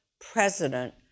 president